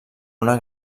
una